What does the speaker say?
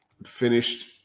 finished